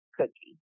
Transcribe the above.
cookie